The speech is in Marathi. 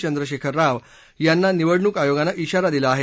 चंद्रशेखर राव यांना निवडणूक आयोगानं ज्ञारा दिला आहे